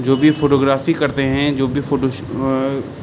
جو بھی فوٹوگرافی کرتے ہیں جو بھی فوٹو شا